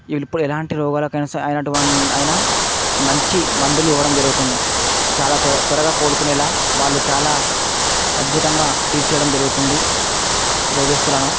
ఇప్పుడు ఎలాంటి రోగాలకు అయినా సరే అయినటువంటి అయినా మంచి మందులు ఇవ్వడం జరుగుతుంది చాలా త్వరగా త్వరగా కోలుకునేలాగా వాళ్ళు చాలా అద్భుతంగా ట్రీట్ చేయడం జరుగుతుంది రోగస్తులను